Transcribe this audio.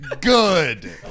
good